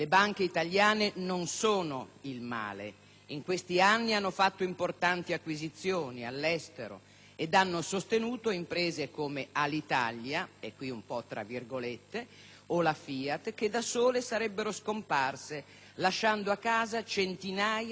In questi anni hanno fatto importanti acquisizioni all'estero ed hanno sostenuto imprese come Alitalia - e qui un po' tra virgolette - o la FIAT che da sole sarebbero scomparse, lasciando a casa centinaia di migliaia di lavoratori.